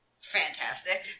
Fantastic